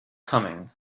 coming